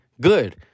good